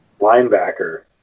linebacker